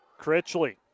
Critchley